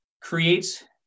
creates